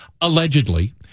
Allegedly